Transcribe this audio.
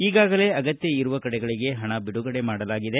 ಈಗಾಗಲೇ ಅಗತ್ತ ಇರುವ ಕಡೆಗಳಿಗೆ ಹಣ ಬಿಡುಗಡೆ ಮಾಡಲಾಗಿದೆ